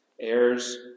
heirs